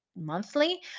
monthly